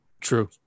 True